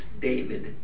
David